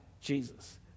Jesus